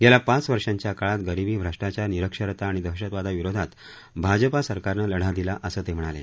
गेल्या पाच वर्षांच्या काळात गरीबी भ्रष्टाचार निरक्षरता आणि दहशतवादाविरोधात भाजपा सरकारने लढा दिला असं ते म्हणाले